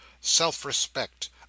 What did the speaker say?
self-respect